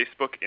Facebook